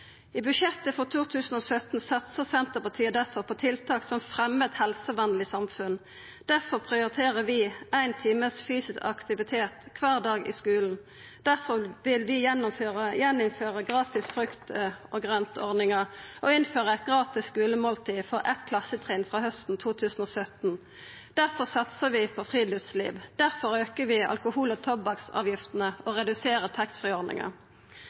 I budsjettet for 2017 satsar Senterpartiet difor på tiltak som fremjar eit helsevenleg samfunn. Difor prioriterer vi ein time fysisk aktivitet kvar dag i skulen. Difor vil vi gjeninnføra ordninga med gratis frukt og grønt og innføra eit gratis skulemåltid for eit klassetrinn frå hausten 2017. Difor satsar vi på friluftsliv. Difor aukar vi alkohol- og tobakksavgiftene og